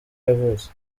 yavutse